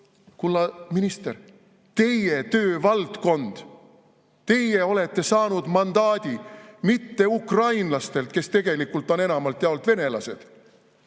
kulla minister, teie töövaldkond. Teie olete saanud mandaadi mitte ukrainlastelt, kes tegelikult on enamalt jaolt venelased,